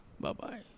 Bye-bye